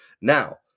Now